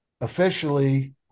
officially